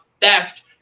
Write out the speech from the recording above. theft